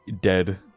dead